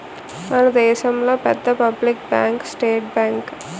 మన దేశంలో పెద్ద పబ్లిక్ బ్యాంకు స్టేట్ బ్యాంకు